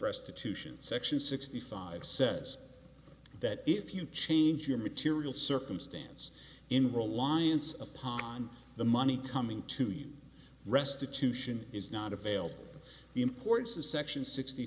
restitution section sixty five says that if you change your material circumstance in reliance upon the money coming to you restitution is not available the importance of section sixty